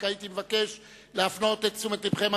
הייתי מבקש להפנות את תשומת לבכם,